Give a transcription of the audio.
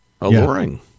Alluring